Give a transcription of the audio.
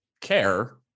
care